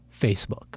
Facebook